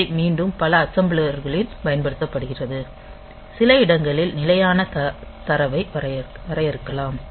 இதை மீண்டும் பல அசெம்பிளர்களில் பயன்படுத்தப்படுகிறது சில இடங்களில் நிலையான தரவை வரையறுக்கலாம்